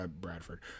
Bradford